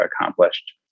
accomplished